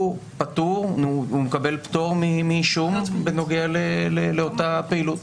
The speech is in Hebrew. מקבל פטור מאישום בנוגע לאותה פעילות.